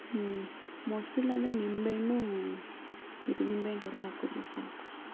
ಹ್ಞೂ ಮೊಸರಿಲ್ಲಾಂದ್ರೆ ನಿಂಬೆಹಣ್ಣು ಇದು ನಿಂಬೆಹಣ್ಣು ರಸ ಹಾಕಿದ್ರೂ ಸಾಕು